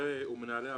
חברי ומנהלי הוועדה,